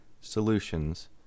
solutions